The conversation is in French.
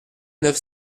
neuf